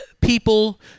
people